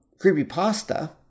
creepypasta